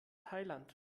thailand